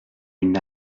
une